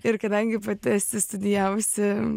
ir kadangi pati esi studijavusi